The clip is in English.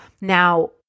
Now